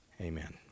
Amen